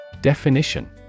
Definition